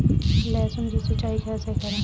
लहसुन की सिंचाई कैसे करें?